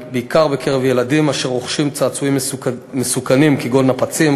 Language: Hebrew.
בעיקר בקרב ילדים אשר רוכשים צעצועים מסוכנים כגון נפצים,